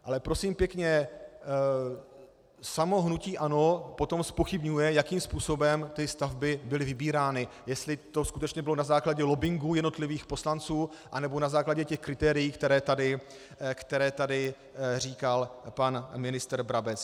Ale prosím pěkně, samo hnutí ANO potom zpochybňuje, jakým způsobem ty stavby byly vybírány, jestli to skutečně bylo na základě lobbingu jednotlivých poslanců, anebo na základě těch kritérií, která tady říkal pan ministr Brabec.